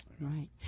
Right